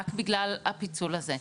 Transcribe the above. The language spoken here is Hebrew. רק בגלל הפיצול הזה,